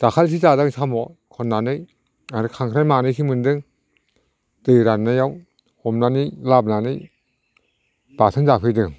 दाखालिसो जादों साम' खननानै आरो खांख्राइ मानैसो मोन्दों दै राननायाव हमनानै लाबोनानै बाथोन जाफैदों